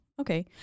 okay